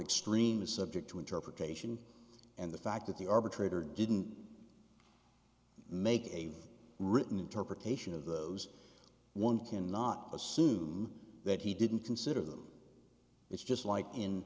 extreme is subject to interpretation and the fact that the arbitrator didn't make a written interpretation of those one cannot assume that he didn't consider them it's just like in